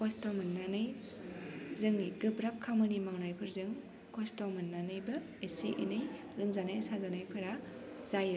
खस्थ' मोन्नानै जोंनि गोब्राब खामानि मावनायफोरजों खस्थ' मोन्नानैबो इसे एनै लोमजानाय साजानायफोरा जायो